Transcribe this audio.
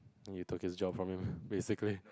you took his job from him basically